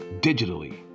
digitally